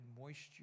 moisture